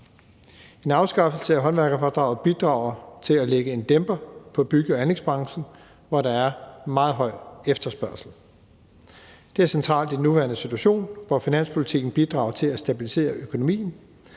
En afskaffelse af håndværkerfradraget bidrager til at lægge en dæmper på bygge- og anlægsbranchen, hvor der er en meget høj efterspørgsel. Det er centralt i den nuværende situation, hvor finanspolitikken bidrager til at stabilisere økonomien,